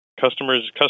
customers